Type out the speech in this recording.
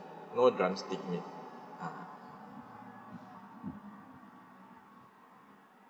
no drumstick meat ah